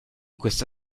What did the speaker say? questa